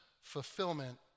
fulfillment